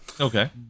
Okay